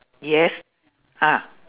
yes ah